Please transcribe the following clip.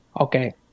Okay